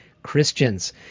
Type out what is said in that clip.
Christians